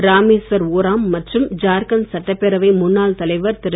ராமேஸ்வர் ஓராம் மற்றும் ஜார்கன்ட் சட்டப்பேரவை முன்னாள் தலைவர் திரு